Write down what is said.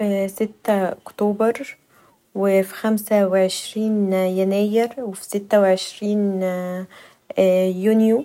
في سته اكتوبر وفي خمسه وعشرين يناير وفي سته و عشرين يونيو.